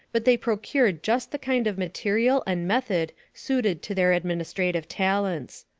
but they procured just the kind of material and method suited to their administrative talents.